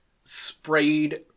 sprayed